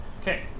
Okay